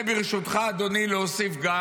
ברשותך, אדוני, אני רוצה להוסיף גם